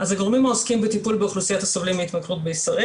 אז הגורמים העוסקים בטיפול באוכלוסיית הסובלים מהתמכרות בישראל,